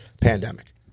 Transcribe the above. pandemic